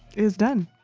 is done.